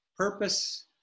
Purpose